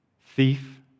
thief